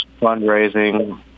fundraising